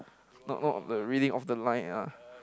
not not the reading off the line ah